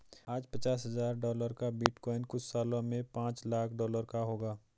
आज पचास हजार डॉलर का बिटकॉइन कुछ सालों में पांच लाख डॉलर का होगा